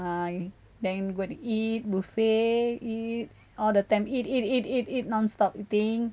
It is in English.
I then go to eat buffet eat all the time eat eat eat eat eat non stop thing